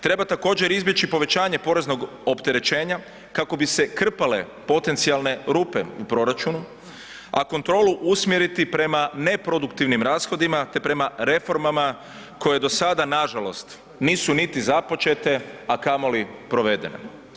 Treba također izbjeći povećanje poreznog opterećenja kako bi se krpale potencijalne rupe u proračunu, a kontrolu usmjeriti prema neproduktivnim rashodima te prema reformama koje do sada nažalost nisu niti započete, a kamoli provedene.